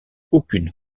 aucune